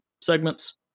segments